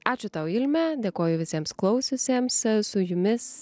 ačiū tau ilme dėkoju visiems klausiusiems su jumis